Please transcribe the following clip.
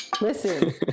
Listen